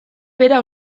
bera